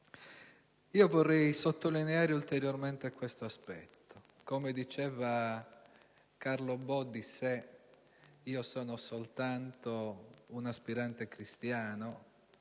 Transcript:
Vorrei sottolineare ulteriormente questo aspetto. Come diceva Carlo Bo di se stesso, io sono soltanto un aspirante cristiano